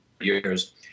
years